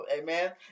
amen